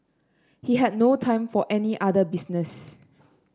he had no time for any other business